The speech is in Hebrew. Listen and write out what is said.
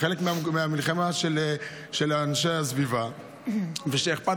חלק מהמלחמה של אנשי הסביבה ושל אלה שאכפת